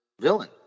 villain